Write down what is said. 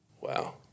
wow